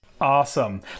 Awesome